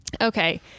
Okay